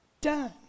done